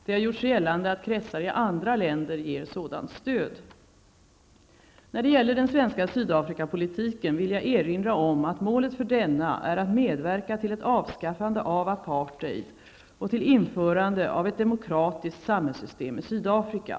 Det har gjorts gällande att kretsar i andra länder ger sådant stöd. När det gäller den svenska Sydafrikapolitiken vill jag erinra om att målet för denna är att medverka till ett avskaffande av apartheid och till införande av ett demokratiskt samhällssystem i Sydafrika.